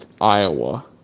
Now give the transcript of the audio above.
Iowa